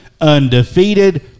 undefeated